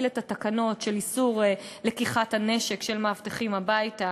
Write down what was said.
את התקנות של איסור לקיחת הנשק של מאבטחים הביתה,